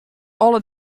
alle